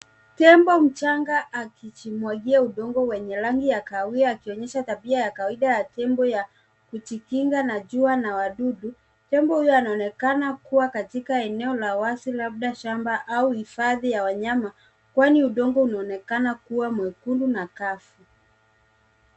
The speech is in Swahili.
Tembo mchanga akijimwagia udongo wenye rangi ya kahawia akionyesha tabia ya kawaida ya tembo ya kujikinga na jua na wadudu. Tembo huyu anaonekana kuwa katika eneo la wazi labda shamba au hifadhi ya wanyama kwani udongo unaonekana kuwa mwekundu na kavu.